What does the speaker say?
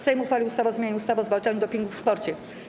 Sejm uchwalił ustawę o zmianie ustawy o zwalczaniu dopingu w sporcie.